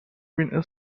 been